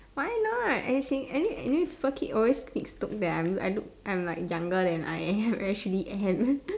why not as in any anyway people keep always mistook that I'm I look I'm like younger than I am actually am